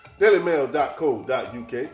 Dailymail.co.uk